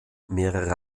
mehrere